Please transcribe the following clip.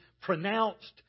pronounced